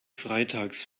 freitags